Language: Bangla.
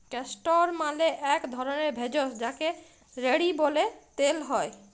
ক্যাস্টর মালে এক ধরলের ভেষজ যাকে রেড়ি ব্যলে তেল হ্যয়